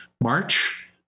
March